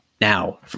now